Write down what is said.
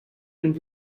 and